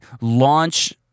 launch